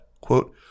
quote